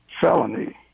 felony